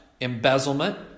embezzlement